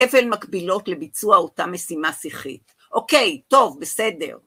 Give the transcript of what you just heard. אף אלה מקבילות לביצוע אותה משימה שיחית. אוקיי, טוב, בסדר.